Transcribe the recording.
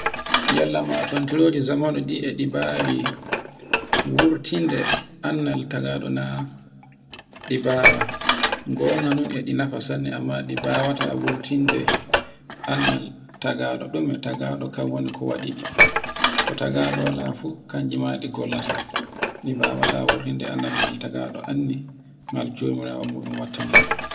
yalla matontiro di zamanu ɗi e ɗi bawi wurtinde annal tagaɗo na ɗi bawa gongo non e ɗi nafa sanne amma ɗi bawata wurtinde annal tagaɗo ɗume tagaɗo kan womni ko waɗi. To tagaɗo wala fuf kanjima ɗi gollata ɗi mbawata wurtinɗe annal ngal tagaɗo anndi ngal jomirawo muɗum wattani mun